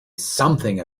something